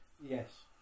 yes